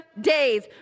days